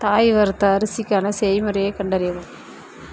தாய் வறுத்த அரிசிக்கான செய்முறையைக் கண்டறியவும்